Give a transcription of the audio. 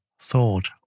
thought